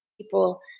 people